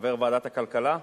חבר ועדת הכלכלה.